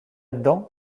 dedans